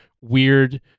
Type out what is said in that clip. weird